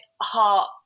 heart